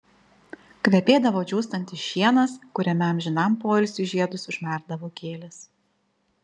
kvepėdavo džiūstantis šienas kuriame amžinam poilsiui žiedus užmerkdavo gėlės